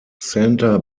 santa